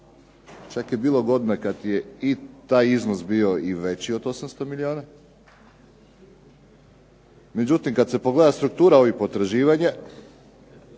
čak je bilo godina kad je i taj iznos bio i veći od 800 milijuna, međutim kad se pogleda struktura ovih potraživanja